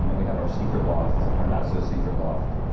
you know we have our secret loft, our not so secret loft.